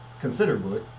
considerably